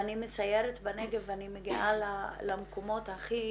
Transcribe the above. שאני מסיירת בנגב ואני מגיעה למקומות הכי